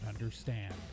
understand